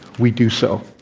we do so,